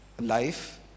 life